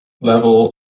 level